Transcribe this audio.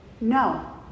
No